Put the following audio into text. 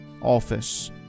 office